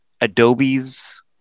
Adobe's